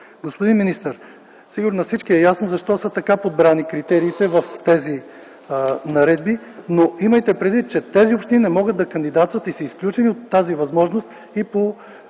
Господин министър, сигурно на всички е ясно защо са така подбрани критериите в тези наредби, но имайте предвид, че тези общини не могат да кандидатстват и са изключени от тази възможност и по